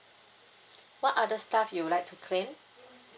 what other stuff you would like to claim